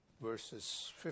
verses